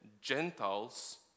Gentiles